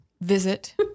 visit